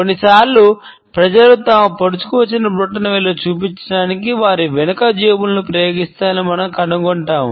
కొన్నిసార్లు ప్రజలు తమ పొడుచుకు వచ్చిన బ్రొటనవేళ్లను చూపించడానికి వారి వెనుక జేబులను ఉపయోగిస్తారని మనం కనుగొంటాము